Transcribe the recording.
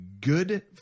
good